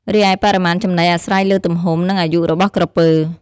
រីឯបរិមាណចំណីអាស្រ័យលើទំហំ និងអាយុរបស់ក្រពើ។